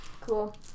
Cool